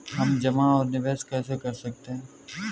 हम जमा और निवेश कैसे कर सकते हैं?